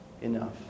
enough